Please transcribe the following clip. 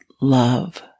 love